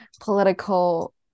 political